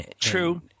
True